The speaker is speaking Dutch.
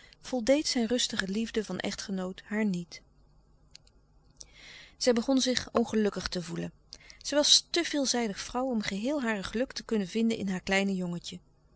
voldeed zijn rustige liefde van echtgenoot haar niet zij begon zich ongelukkig te voelen zij was te veelzijdig vrouw om geheel haar geluk te kunnen vinden in haar kleine jongentje